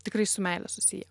tikrai su meile susiję